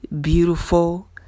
beautiful